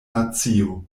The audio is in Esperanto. nacio